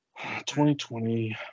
2020